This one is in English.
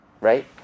Right